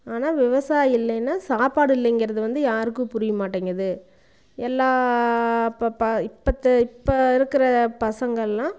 ஆனால் விவசாயி இல்லைனா சாப்பாடு இல்லைங்கிறது வந்து யாருக்கும் புரிய மாட்டேங்கிது எல்லா இப்போ ப இப்போ இப்போ இருக்கிற பசங்கெல்லாம்